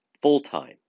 full-time